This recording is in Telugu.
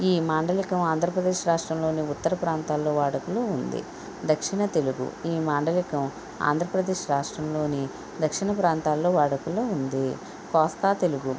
ఈ మాండలికం ఆంధ్రప్రదేశ్ రాష్ట్రంలోని ఉత్తర ప్రాంతాల్లో వాడుకలో ఉంది దక్షిణ తెలుగు ఈ మాండలికం ఆంధ్రప్రదేశ్ రాష్ట్రంలోని దక్షిణ ప్రాంతాల్లో వాడుకలో ఉంది కోస్తా తెలుగు